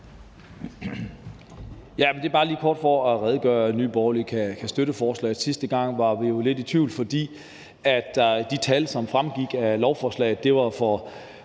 Det er bare lige for kort at redegøre for, at Nye Borgerlige kan støtte forslaget. Sidste gang var vi jo lidt i tvivl, fordi de tal, der fremgik af lovforslaget, var på